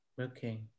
Okay